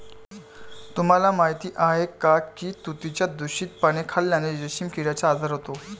तुम्हाला माहीत आहे का की तुतीची दूषित पाने खाल्ल्याने रेशीम किड्याचा आजार होतो